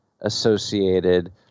associated